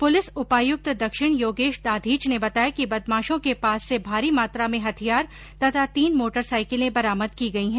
police उपायुक्त दक्षिण योगेश दाद्यीच ने बताया कि बदमाशों के पास से भारी मात्रा में हथियार तथा तीन मोटरसाइकिलें बरामद की गई है